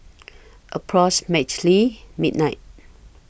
approximately midnight